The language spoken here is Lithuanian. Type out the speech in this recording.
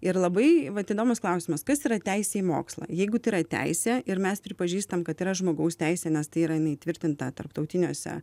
ir labai vat įdomus klausimas kas yra teisė į mokslą jeigu tai yra teisė ir mes pripažįstam kad yra žmogaus teisė nes tai yra na įtvirtinta tarptautiniuose